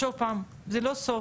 שוב פעם, זה לא סוף,